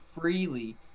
freely